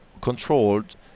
controlled